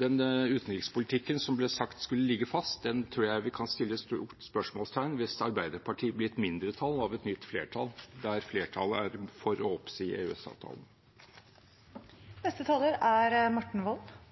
den utenrikspolitikken som ble sagt skulle ligge fast, den tror jeg vi kan sette et stort spørsmålstegn ved hvis Arbeiderpartiet blir et mindretall i et nytt flertall der flertallet er for å si opp EØS-avtalen. Utgangspunktet for Fremskrittspartiets utenrikspolitikk er